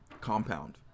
Compound